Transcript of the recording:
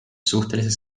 suhteliselt